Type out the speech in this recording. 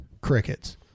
Crickets